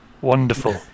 Wonderful